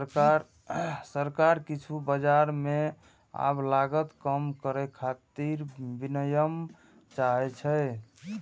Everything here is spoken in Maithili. सरकार किछु बाजार मे आब लागत कम करै खातिर विनियम चाहै छै